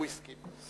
הוא הסכים.